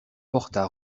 portent